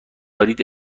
دارید